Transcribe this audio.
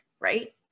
right